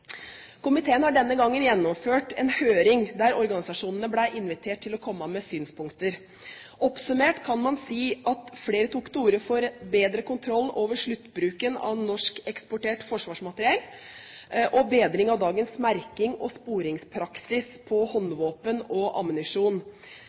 Komiteen har denne gang gjennomført en høring der organisasjonene ble invitert til komme med synspunkter. Oppsummert kan man si at flere tok til orde for bedre kontroll over sluttbruken av norskeksportert forsvarsmateriell og bedring av dagens merkings- og sporingspraksis når det gjelder håndvåpen og ammunisjon. Samtidig ble det også pekt på